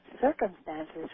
circumstances